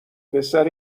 پسر